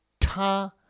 ta